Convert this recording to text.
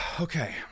okay